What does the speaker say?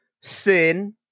sin